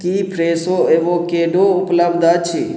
की फ्रेसो एवोकेडो उपलब्ध अछि